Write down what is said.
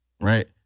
right